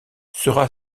sera